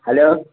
hello